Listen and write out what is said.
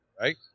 right